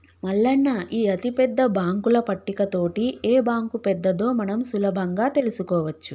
మల్లన్న ఈ అతిపెద్ద బాంకుల పట్టిక తోటి ఏ బాంకు పెద్దదో మనం సులభంగా తెలుసుకోవచ్చు